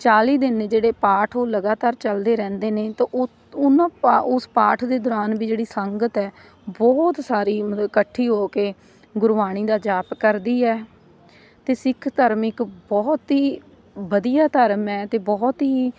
ਚਾਲ੍ਹੀ ਦਿਨ ਨੇ ਜਿਹੜੇ ਪਾਠ ਉਹ ਲਗਾਤਾਰ ਚੱਲਦੇ ਰਹਿੰਦੇ ਨੇ ਤਾਂ ਉਹ ਉਹਨਾਂ ਪਾ ਉਸ ਪਾਠ ਦੇ ਦੌਰਾਨ ਵੀ ਜਿਹੜੀ ਸੰਗਤ ਹੈ ਬਹੁਤ ਸਾਰੀ ਮਤਲਬ ਇਕੱਠੀ ਹੋ ਕੇ ਗੁਰਬਾਣੀ ਦਾ ਜਾਪ ਕਰਦੀ ਹੈ ਅਤੇ ਸਿੱਖ ਧਰਮ ਇੱਕ ਬਹੁਤ ਹੀ ਵਧੀਆ ਧਰਮ ਹੈ ਅਤੇ ਬਹੁਤ ਹੀ